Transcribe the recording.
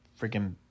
freaking